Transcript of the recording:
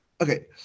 Okay